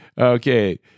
Okay